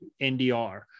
NDR